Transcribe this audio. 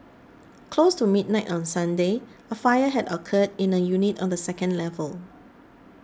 close to midnight on Sunday a fire had occurred in a unit on the second level